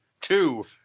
two